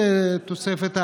זאת תוספת,